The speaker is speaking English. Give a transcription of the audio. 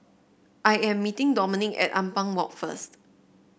I am meeting Domenic at Ampang Walk first